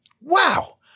Wow